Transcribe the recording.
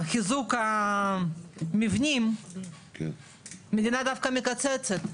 החיזוק של המבנים, מדינה דווקא מקצצת.